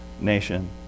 nation